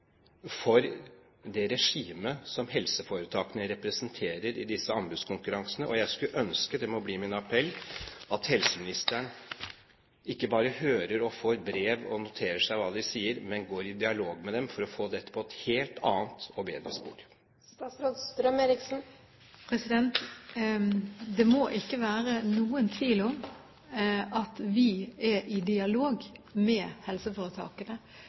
for det regimet som helseforetakene representerer i disse anbudskonkurransene, og jeg skulle ønske – det må bli min appell – at helseministeren ikke bare hører og får brev og noterer seg hva de sier, men at hun går i dialog med dem for å få dette på et helt annet og bedre spor. Det må ikke være noen tvil om at vi er i dialog med helseforetakene.